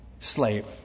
Slave